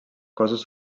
cossos